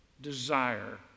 desire